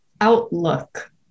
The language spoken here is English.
outlook